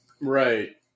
Right